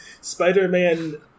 Spider-Man